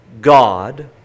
God